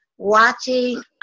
watching